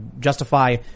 justify